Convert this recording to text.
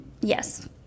yes